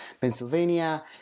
pennsylvania